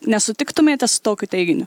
nesutiktumėte su tokiu teiginiu